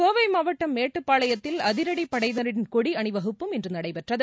கோவை மாவட்டம் மேட்டுப்பாளையத்தில் அதிரடிப்படையினரின் கொடி அணிவகுப்பும் இன்று நடைபெற்றது